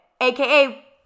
AKA